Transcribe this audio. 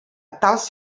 tals